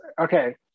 okay